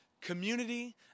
Community